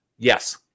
Yes